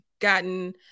gotten